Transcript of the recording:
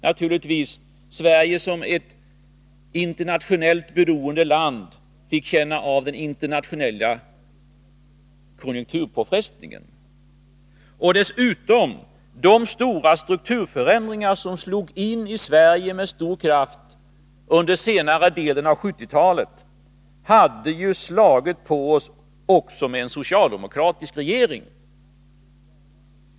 Naturligtvis fick Sverige som ett internationellt beroende land känna av den internationella konjunkturpåfrestningen. Dessutom hade de stora strukturförändringar som slog igenom i Sverige med stor kraft under senare delen av 1970-talet naturligtvis slagit mot oss också under en socialdemokratisk regering.